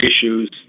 issues